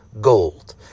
gold